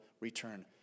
return